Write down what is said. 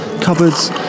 cupboards